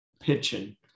pitching